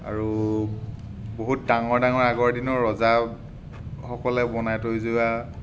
আৰু বহুত ডাঙৰ ডাঙৰ আগৰ দিনৰ ৰজাসকলে বনাই থৈ যোৱা